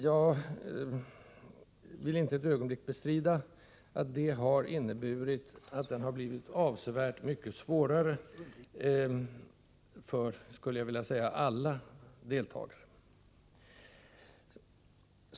Jag vill inte ett ögonblick bestrida att det har inneburit att arbetet har blivit avsevärt mycket svårare för alla deltagare.